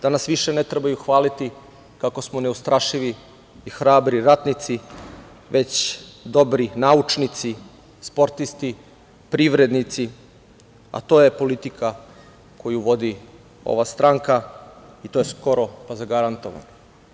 Da nas više ne trebaju hvaliti kako smo neustrašivi i hrabri ratnici, već dobri naučnici, sportisti, privrednici, a to je politika koju vodi ova stranka i to je skoro pa zagarantovano.